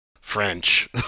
French